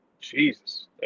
Jesus